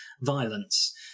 violence